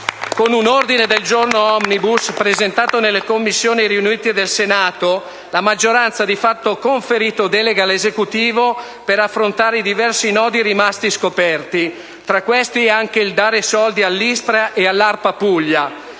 con un ordine del giorno *omnibus* presentato nelle Commissioni riunite del Senato la maggioranza ha di fatto conferito una delega all'Esecutivo per affrontare i diversi nodi rimasti scoperti, fra i quali anche il finanziamento all'ISPRA e all'ARPA Puglia.